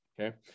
okay